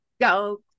go